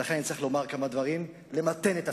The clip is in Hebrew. ולכן אני צריך לומר כמה דברים, למתן את עצמי.